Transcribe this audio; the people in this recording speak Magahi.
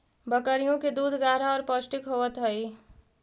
बकरियों के दूध गाढ़ा और पौष्टिक होवत हई